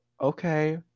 okay